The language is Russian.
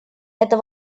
это